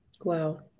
wow